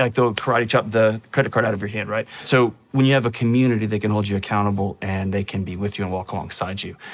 like they'll ah karate chop the credit card out of your hand, right? so, when you have a community that can hold you accountable, and they can be with you and walk alongside you,